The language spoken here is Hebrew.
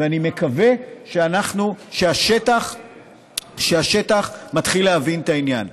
ואני מקווה שהשטח מתחיל להבין את העניין.